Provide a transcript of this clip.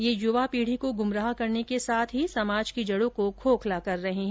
ये युवा पीढ़ी को गुमराह करने के साथ साथ समाज की जड़ों को खोखला कर रहे हैं